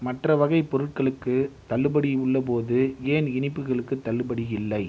மற்ற வகைப் பொருட்களுக்குத் தள்ளுபடி உள்ளபோது ஏன் இனிப்புகளுக்குத் தள்ளுபடி இல்லை